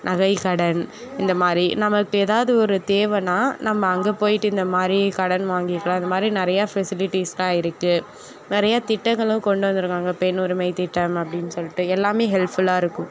நகைக்கடன் இந்தமாதிரி நமக்கு எதாவது ஒரு தேவைனா நம்ம அங்கே போயிட்டு இந்தமாதிரி கடன் வாங்கிக்கலாம் இந்தமாதிரி நிறையா ஃபெசிலிட்டிஸ்லாம் இருக்குது நிறையா திட்டங்களும் கொண்டு வந்திருக்காங்க பெண் உரிமை திட்டம் அப்படின் சொல்லிட்டு எல்லாமே ஹெல்ப்ஃபுல்லாக இருக்கும்